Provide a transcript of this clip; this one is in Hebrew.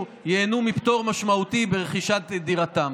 ייהנו מפטור משמעותי ברכישת דירתם.